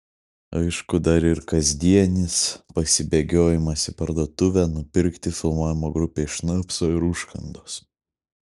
aišku dar ir kasdienis pasibėgiojimas į parduotuvę nupirkti filmavimo grupei šnapso ir užkandos